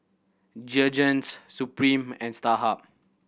Jergens Supreme and Starhub